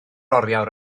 oriawr